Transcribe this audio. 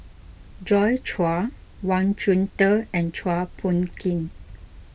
Joi Chua Wang Chunde and Chua Phung Kim